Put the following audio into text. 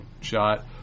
shot